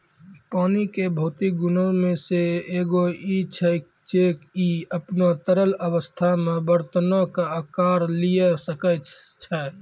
पानी के भौतिक गुणो मे से एगो इ छै जे इ अपनो तरल अवस्था मे बरतनो के अकार लिये सकै छै